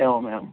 एवमेवं